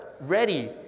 Ready